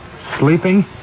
Sleeping